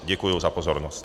Děkuji za pozornost.